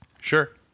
Sure